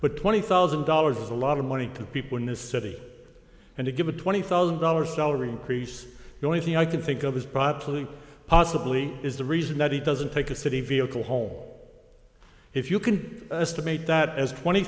but twenty thousand dollars is a lot of money to people in this city and to give a twenty thousand dollars salary increase the only thing i can think of is properly possibly is the reason that he doesn't take a city vehicle home if you can estimate that as twenty